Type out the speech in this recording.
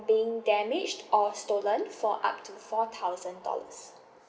being damaged or stolen for up to four thousand dollars